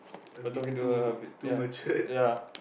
by talking to her a bit ya ya